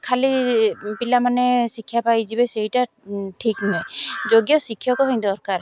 ଖାଲି ପିଲାମାନେ ଶିକ୍ଷା ପାଇଯିବେ ସେଇଟା ଠିକ୍ ନୁହେଁ ଯୋଗ୍ୟ ଶିକ୍ଷକ ହିଁ ଦରକାର